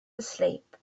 asleep